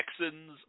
Texans